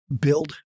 build